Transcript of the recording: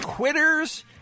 Quitters